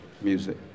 music